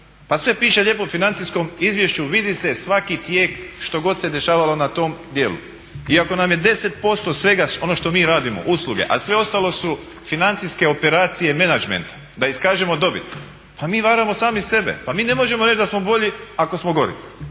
Pa sve piše lijepo u financijskom izvješću, vidi se svaki tijek što god se dešavalo na tom dijelu. Iako nam je 10% svega ono što mi radimo, usluge, a sve ostalo su financijske operacije menadžmenta da iskažemo dobit. Pa mi varamo sami sebe. Pa mi ne možemo reći da smo bolji ako smo gori.